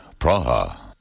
Praha